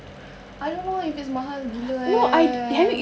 I don't know if it's mahal gila eh